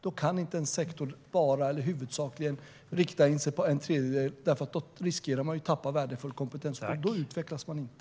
Då kan en sektor inte bara, eller huvudsakligen, rikta in sig på återstående tredjedel, eftersom man i så fall riskerar att tappa värdefull kompetens. Då utvecklas man inte.